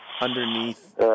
underneath